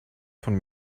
von